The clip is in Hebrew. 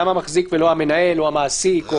למה המחזיק ולא המנהל או המעסיק?